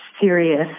serious